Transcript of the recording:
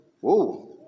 Whoa